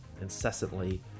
incessantly